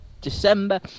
December